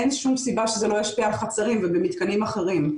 אין שום סיבה שזה לא ישפיע על חצרים ובמתקנים אחרים.